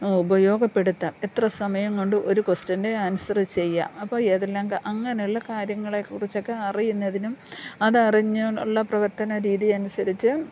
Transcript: ഉപയോഗപ്പെടുത്താം എത്ര സമയം കൊണ്ട് ഒരു ക്വസ്റ്റൻ്റെ ആൻസറ് ചെയ്യാം അപ്പം ഏതെല്ലാം അങ്ങനെയുള്ള കാര്യങ്ങളെക്കുറിച്ചൊക്കെ അറിയുന്നതിനും അതറിഞ്ഞുള്ള പ്രവർത്തന രീതി അനുസരിച്ച്